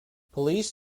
police